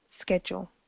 schedule